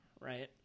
right